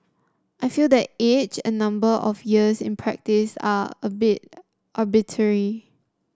I feel that age and number of years in practice are a bit arbitrary